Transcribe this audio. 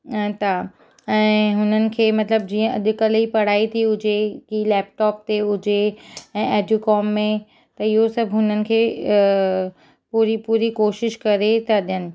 था ऐं हुननि खे मतलबु जीअं अॼु कल्ह जी पढ़ाई थी हुजे लैपटॉप ते हुजे ऐं एडयूकॉम में इहो सभु हुननि खे पूरी पूरी कोशिशि करे था ॾियनि